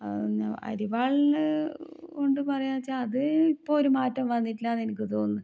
അരിവാൾ കൊണ്ട് പറയാച്ചാ അത് ഇപ്പോൾ ഒരു മാറ്റോം വന്നിട്ടില്ലാന്ന് എനിക്ക് തോന്നണു